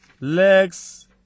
legs